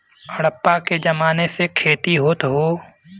हड़प्पा के जमाने से खेती होत हौ